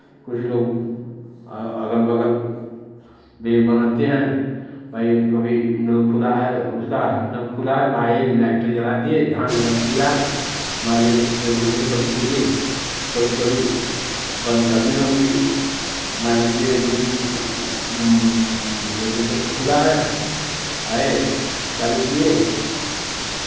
कुछ लोग अगल बगल वेव बनाते हैं भाई कभी नल खुला है उसका नॉब खुला है आए लाइटर जला दिए धाँय से लग गई आग मान लीजिए रेगुलेटर से बंद किए कभी कभी बंद करने पर भी मान लीजिए एकदम रेगुलेटर से खुला है आए चालू किए